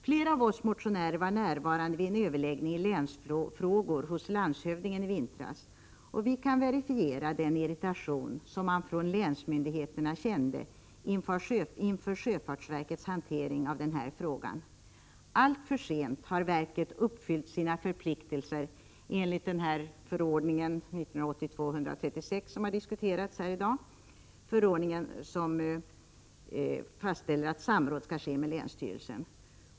Flera av oss motionärer var närvarande vid en överläggning som gällde länsfrågor hos landshövdingen i vintras, och vi kan verifiera den irritation som man från länsmyndigheterna kände inför sjöfartsverkets hantering av den här frågan. Alltför sent har verket uppfyllt sina förpliktelser enligt förordningen 1982:136, vilken har diskuterats här i dag. I denna förordning fastställs att samråd skall ske med länsstyrelsen.